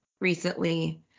recently